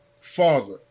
father